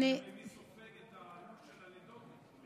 בעיקר מי סופג את העלות של הלידות.